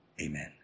Amen